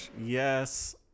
Yes